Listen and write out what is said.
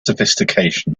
sophistication